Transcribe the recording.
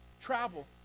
Travel